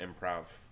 improv